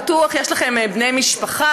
בטוח יש לכם בני משפחה,